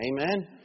Amen